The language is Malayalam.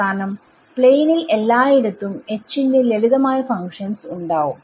അവസാനം പ്ലേനിൽ എല്ലായിടത്തും ന്റെ ലളിതമായ ഫങ്ക്ഷൻസ് ഉണ്ടാവും